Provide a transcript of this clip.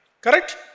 Correct